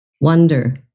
wonder